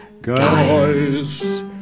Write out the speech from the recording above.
Guys